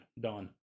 done